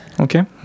okay